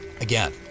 again